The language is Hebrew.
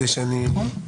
נכון.